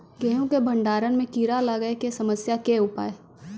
गेहूँ के भंडारण मे कीड़ा लागय के समस्या के उपाय?